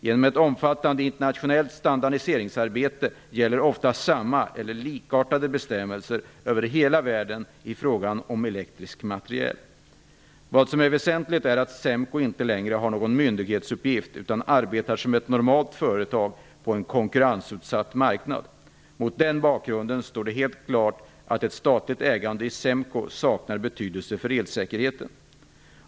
Genom ett omfattande internationellt standardiseringsarbete gäller ofta samma eller likartade bestämmelser över hela världen i fråga om elektrisk materiel. Vad som är väsentligt är att SEMKO inte längre har någon myndighetsuppgift utan arbetar som ett normalt företag på en konkurrensutsatt marknad. Mot den bakgrunden står det helt klart att ett statligt ägande i SEMKO saknar betydelse för elsäkerheten.